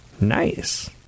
Nice